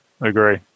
agree